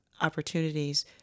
opportunities